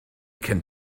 can